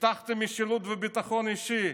הבטחתם משילות וביטחון אישי,